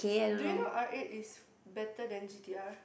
do you know R eight is better than G_T_R